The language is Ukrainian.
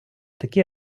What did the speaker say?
такі